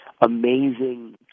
amazing